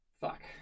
fuck